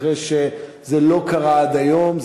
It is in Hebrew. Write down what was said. אחרי שזה לא קרה עד היום,